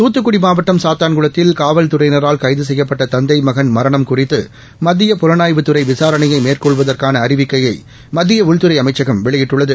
தூத்துக்குடி மாவட்டம் சாத்தான்குளத்தில் காவல்துறையினரால் கைது செய்யப்பட்ட தந்தை மகன் மரணம் குறித்து மத்தியப் புலனாய்வுத்துறை விசாரணையை மேற்கொள்வதற்கான அறிவிக்கையை மத்திய உள்துறை அமைச்சகம் வெளியிட்டுள்ளது